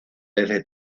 desde